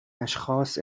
اشخاص